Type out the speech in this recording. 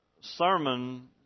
sermon